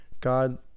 God